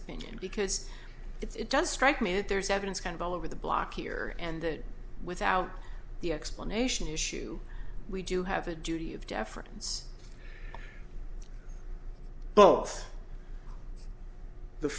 opinion because it does strike me that there's evidence kind of all over the block here and that without the explanation issue we do have a duty of deference both the